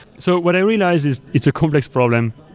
so what i realized is it's a complex problem,